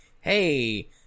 hey